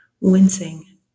wincing